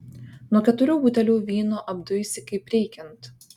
nuo keturių butelių vyno apduisi kaip reikiant